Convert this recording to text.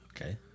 Okay